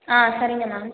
ஆ சரிங்க மேம்